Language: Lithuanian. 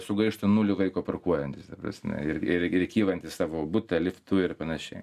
sugaišta nulį laiko parkuojantis ta prasme ir ir ir kylant į savo butą liftu ir panašiai